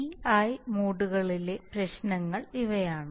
d i മോഡുകളിലെ പ്രശ്നങ്ങൾ ഇവയാണ്